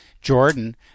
Jordan